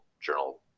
journal